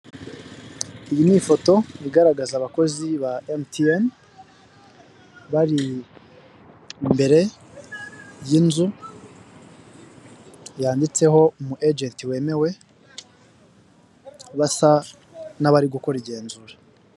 Iyi ni ifoto igaragaza abakozi ba emutiyene bari imbere y'inzu yanditseho umuejenti wemewe basa n'abari gukora igenzura.